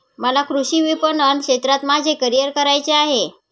मला कृषी विपणन क्षेत्रात माझे करिअर करायचे आहे